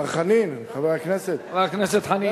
מר חנין, חבר הכנסת, חבר הכנסת חנין.